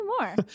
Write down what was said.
more